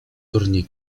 turniej